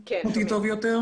מול ים של עבירות ועבריינים.